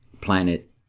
planet